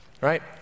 right